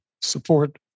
support